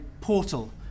portal